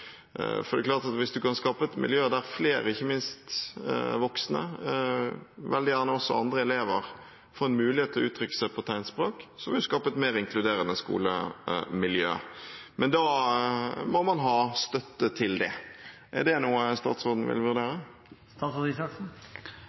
Hvis man kan skape et miljø der flere, ikke minst voksne, og veldig gjerne også andre elever, får en mulighet til å uttrykke seg på tegnspråk, vil man skape et mer inkluderende skolemiljø. Men da må man ha støtte til det. Er det noe statsråden vil vurdere?